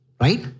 Right